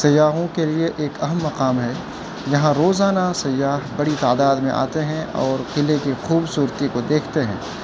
سیاحوں کے لیے ایک اہم مقام ہے جہاں روزانہ سیاح بڑی تعداد میں آتے ہیں اور قلعے کی خوبصورتی کو دیکھتے ہیں